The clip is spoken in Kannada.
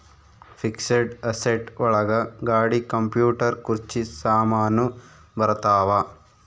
ಫಿಕ್ಸೆಡ್ ಅಸೆಟ್ ಒಳಗ ಗಾಡಿ ಕಂಪ್ಯೂಟರ್ ಕುರ್ಚಿ ಸಾಮಾನು ಬರತಾವ